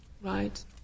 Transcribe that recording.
Right